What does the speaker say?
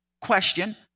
question